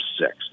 six